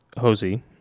Hosey